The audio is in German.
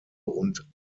und